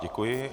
Děkuji.